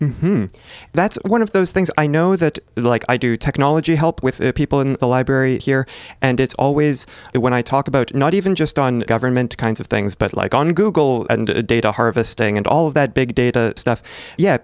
that's one of those things i know that like i do technology help with people in the library here and it's always there when i talk about not even just on government kinds of things but like on google and data harvesting and all of that big data stuff ye